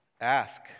Ask